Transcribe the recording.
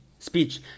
speech